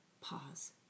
pause